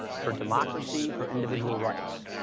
for democracy, for individual rights,